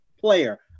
player